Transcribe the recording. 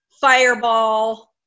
Fireball